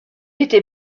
était